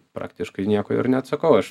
praktiškai nieko ir neatsakau aš